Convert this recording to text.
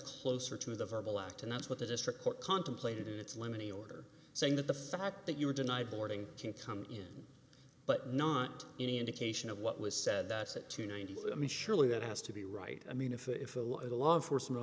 closer to the verbal act and that's what the district court contemplated in its lemony order saying that the fact that you were denied boarding can't come in but not any indication of what was said to us at two ninety three i mean surely that has to be right i mean if if a little law enforcement